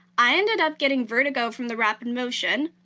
i ended up getting vertigo from the rapid motion,